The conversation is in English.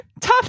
tough